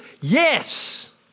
Yes